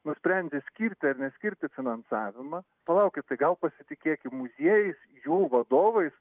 nusprendė skirti neskirti finansavimą palaukit tai gal pasitikėkim muziejais jų vadovais